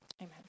Amen